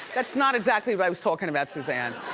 that's not exactly what i was talking about, suzanne.